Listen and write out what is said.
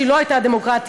שהיא לא הייתה דמוקרטית,